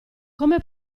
come